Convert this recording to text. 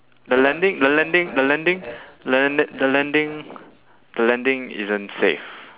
the landing the landing the landing the landi~ the landing the landing isn't safe